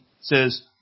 says